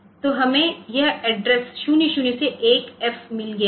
तो हमें यह एड्रेस 00 से 1F मिल गया है